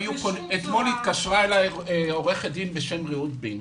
אתמול התקשרה אלי עורכת דין בשם רעות בינג,